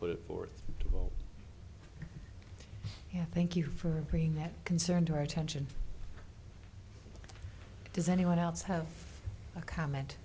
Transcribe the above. put forth well yeah thank you for bringing that concern to our attention does anyone else have a comment